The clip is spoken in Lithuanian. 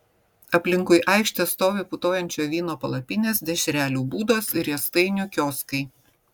aplinkui aikštę stovi putojančio vyno palapinės dešrelių būdos ir riestainių kioskai